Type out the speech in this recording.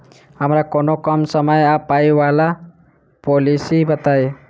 हमरा कोनो कम समय आ पाई वला पोलिसी बताई?